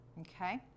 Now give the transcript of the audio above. Okay